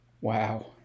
Wow